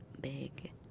big